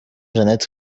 jeannette